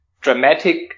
dramatic